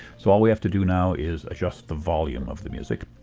so all we have to do now is adjust the volume of the music.